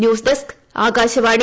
news desk Akashvani